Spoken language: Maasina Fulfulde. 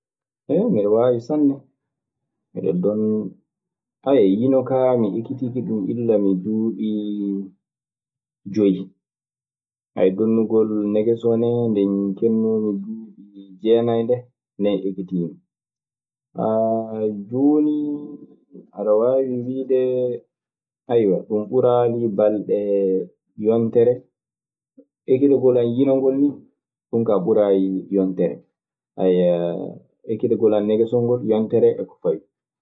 miɗe waawi sanne. Miɗe donna. yino kaa mi ekitiike ɗun illa mi duuɓi joy. donnugol negesoo nee, nde keɓmi duuɓi jeenay ndee, ndeen ekitiimi. jooni, aɗe waawi wiide ee, ɗun ɓuraani balɗe, yontere. Ekkitagol an yino ngol nii, ɗun kaa ɓuraani yontere, ekkitagol an negesoo ngol yontere e ko fawi.